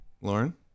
lauren